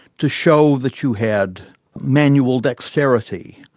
to show that you had manual dexterity,